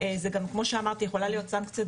זה גם כמו שאמרתי יכולה להיות סנקציית